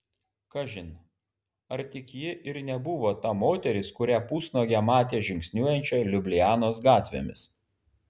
kažin ar tik ji ir nebuvo ta moteris kurią pusnuogę matė žingsniuojančią liublianos gatvėmis